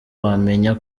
wamenya